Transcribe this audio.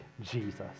Jesus